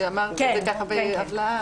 אמרת את זה בהבלעה.